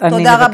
תודה רבה.